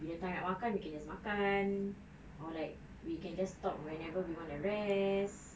bila time nak makan we can makan or like we can just stop whenever we wanna rest